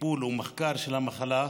טיפול ומחקר במחלה,